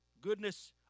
Goodness